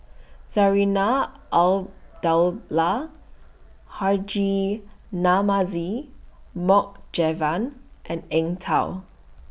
Zarinah Abdullah Haji Namazie Mohd Javad and Eng Tow